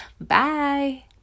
Bye